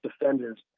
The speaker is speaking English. defenders